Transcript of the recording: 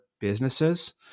businesses